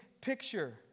picture